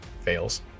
fails